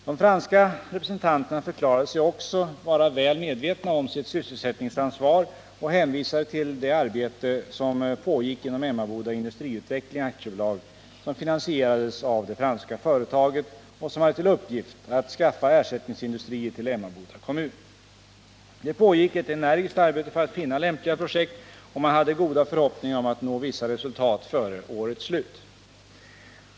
De franska representanterna förklarade sig också vara väl medvetna om sitt sysselsättningsansvar och hänvisade till det arbete som pågick inom Emmaboda Industriutveckling AB, som finansierades av det franska företaget och som hade till uppgift att skaffa ersättningsindustrier till Emmaboda kommun. Det pågick ett energiskt arbete för att finna lämpliga projekt, och man hade goda förhoppningar om att nå vissa resultat före årets slut.